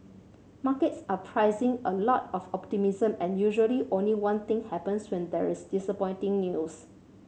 markets are pricing a lot of optimism and usually only one thing happens when there is disappointing news